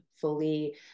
fully